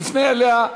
תפנה אליה,